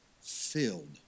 filled